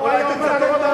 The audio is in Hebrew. אולי תצטט מה אמר נתניהו?